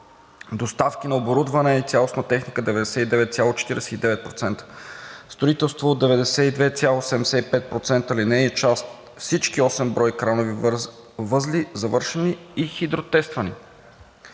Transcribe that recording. доставки на оборудване и цялостна техника – 99,49%; строителство – 92,75%; линейна част – всички осем броя кранови възли завършени и хидротествани.